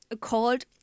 called